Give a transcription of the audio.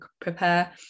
prepare